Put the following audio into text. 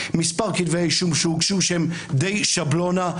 מספר כתבי האישום שהוגשו שהם די שבלונה.